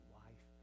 life